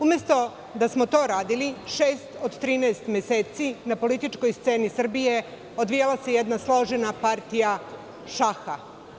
Umesto da smo to radili, šest od trinaest meseci na političkoj sceni Srbije odvijala se jedna složena partija šaha.